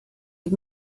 had